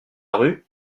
rue